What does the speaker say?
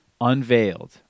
Unveiled